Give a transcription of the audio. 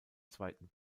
zweiten